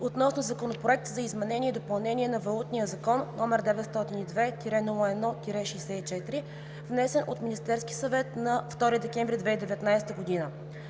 относно Законопроект за изменение и допълнение на Валутния закон, № 902-01-64, внесен от Министерския съвет на 2 декември 2019 г.